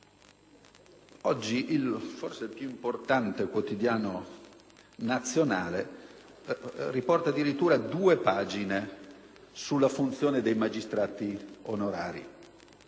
Oggi forse il più importante quotidiano nazionale riporta addirittura due pagine sulla funzione dei magistrati onorari,